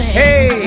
hey